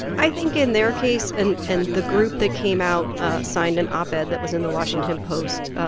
i think in their case and and the group that came out ah signed an op-ed that was in the washington post, ah